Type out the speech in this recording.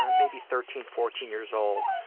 um maybe thirteen, fourteen years old.